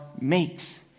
makes